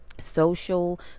Social